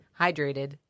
hydrated